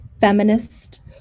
feminist